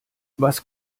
was